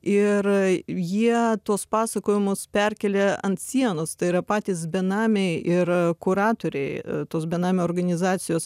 ir jie tuos pasakojimus perkėlė ant sienos tai yra patys benamiai ir kuratoriai tos benamių organizacijos